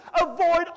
avoid